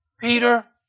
Peter